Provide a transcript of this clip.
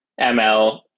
ML